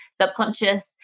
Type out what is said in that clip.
subconscious